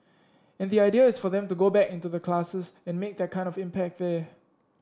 and the idea is for them to go back into the classes and make that kind of impact there